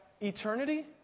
Eternity